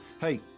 hey